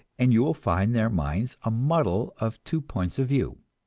and you will find their minds a muddle of two points of view.